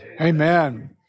Amen